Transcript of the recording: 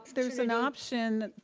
there's an option,